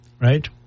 Right